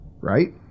right